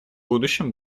будущем